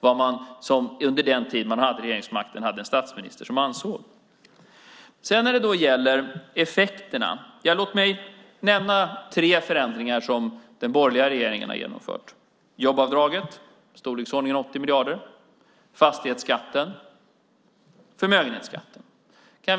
vad statsministern under den tid Socialdemokraterna hade regeringsmakten ansåg. Låt mig när det gäller effekterna nämna tre förändringar som den borgerliga regeringen har genomfört, nämligen jobbskatteavdraget, i storleksordningen 80 miljarder, fastighetsskatten och förmögenhetsskatten.